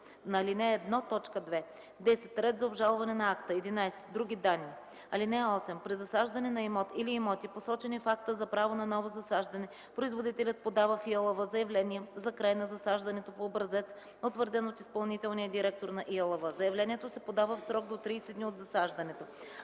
на ал. 1, т. 2; 10. ред за обжалване на акта; 11. други данни. (8) При засаждане на имот или имоти, посочени в акта за право на ново засаждане, производителят подава в ИАЛВ заявление за край на засаждането по образец, утвърден от изпълнителния директор на ИАЛВ. Заявлението се подава в срок до 30 дни от засаждането.